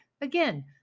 Again